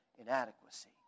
inadequacy